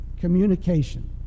communication